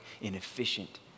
inefficient